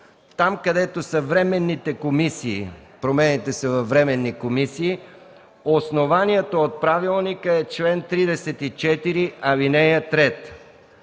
там, където промените са във временни комисии, основанието от Правилника е чл. 34, ал. 3,